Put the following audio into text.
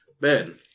Ben